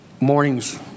mornings